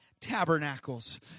tabernacles